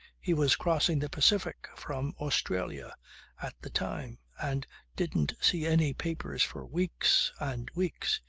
he was crossing the pacific from australia at the time and didn't see any papers for weeks and weeks.